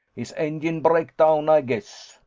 his engine break down, ay guess.